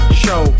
show